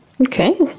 Okay